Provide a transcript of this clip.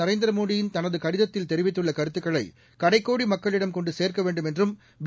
நரேந்திரமோடியின் தனது கடிதத்தில் தெரிவித்துள்ள கருத்துக்களை கடைகோடி மக்களிடம் கொண்டு சேர்க்க வேண்டும் என்றும் பி